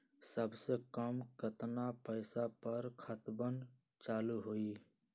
सबसे कम केतना पईसा पर खतवन चालु होई?